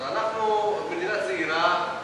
אז אנחנו מדינה צעירה,